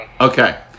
Okay